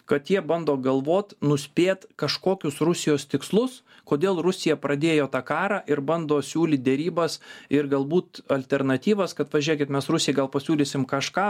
kad jie bando galvot nuspėt kažkokius rusijos tikslus kodėl rusija pradėjo tą karą ir bando siūlyt derybas ir galbūt alternatyvas kad pažiūrėkit mes rusijai gal pasiūlysim kažką